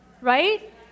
right